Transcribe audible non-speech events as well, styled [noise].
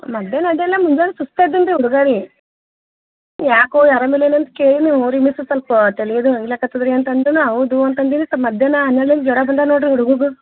ಮಧ್ಯಾಹ್ನ [unintelligible] ಮುಂಜಾನೆ ಸುಸ್ತಾದಂಗೆ ಹುಡ್ಗ ರೀ ಯಾಕೋ ಆರಾಮಿಲ್ವೇನೋ ಅಂತ ಕೇಳೀನಿ ಹ್ಞೂ ರಿ ಮಿಸ್ ಸ್ವಲ್ಪ ತಲೆ ಇದು ನೋಯ್ಲಾಕತ್ತದೆ ರೀ ಅಂತಂದನು ಹೌದು ಅಂತಂದಿದೆ ಸೊ ಮಧ್ಯಾಹ್ನ [unintelligible] ಜ್ವರ ಬಂದವೆ ನೋಡಿರಿ ಹುಡುಗಗ